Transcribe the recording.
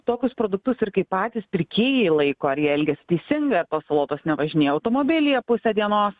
tokius produktus ir kaip patys pirkėjai laiko ar jie elgias teisingai ar tos salotos nevažinėjo automobilyje pusę dienos